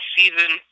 season